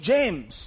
James